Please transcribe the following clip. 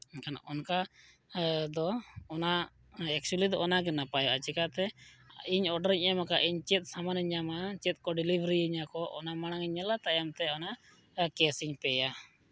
ᱢᱮᱱᱠᱷᱟᱱ ᱚᱱᱠᱟ ᱫᱚ ᱚᱱᱟ ᱮᱠᱪᱩᱭᱮᱞᱤ ᱫᱚ ᱚᱱᱟᱜᱮ ᱱᱟᱯᱟᱭᱚᱜᱼᱟ ᱪᱤᱠᱟᱹᱛᱮ ᱤᱧ ᱚᱰᱟᱨ ᱤᱧ ᱮᱢ ᱟᱠᱟᱫᱼᱟ ᱤᱧ ᱪᱮᱫ ᱥᱟᱢᱟᱱᱤᱧ ᱧᱟᱢᱟ ᱪᱮᱫ ᱠᱚ ᱰᱮᱞᱤᱵᱷᱟᱹᱨᱤ ᱤᱧᱟᱹ ᱠᱚ ᱚᱱᱟ ᱢᱟᱲᱟᱝ ᱤᱧ ᱧᱮᱞᱟ ᱛᱟᱭᱚᱢ ᱛᱮ ᱚᱱᱟ ᱠᱮᱥ ᱤᱧ ᱯᱮᱭᱟ